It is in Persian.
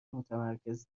متمرکز